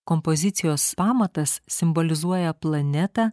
kompozicijos pamatas simbolizuoja planetą